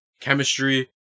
chemistry